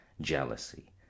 jealousy